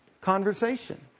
conversation